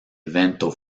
evento